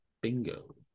Bingo